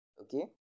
Okay